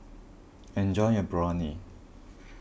enjoy your Biryani